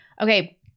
Okay